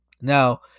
now